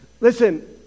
Listen